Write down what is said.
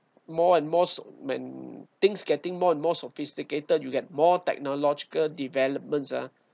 more and more so when things getting more and more sophisticated you get more technological developments ah